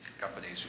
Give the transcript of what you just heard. companies